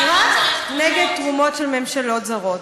הוא רק נגד תרומות של ממשלות זרות.